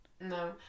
No